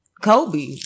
Kobe